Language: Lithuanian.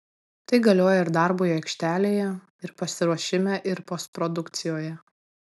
tai galioja ir darbui aikštelėje ir pasiruošime ir postprodukcijoje